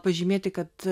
pažymėti kad